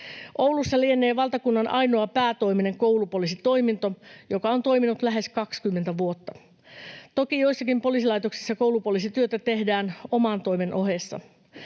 Oulussa lienee valtakunnan ainoa päätoiminen koulupoliisitoiminto, joka on toiminut lähes 20 vuotta. Toki joissakin poliisilaitoksissa koulupoliisityötä tehdään oman toimen ohessa.